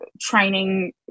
Training